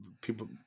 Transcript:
people